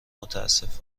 متاسف